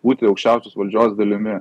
būti aukščiausios valdžios dalimi